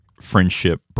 friendship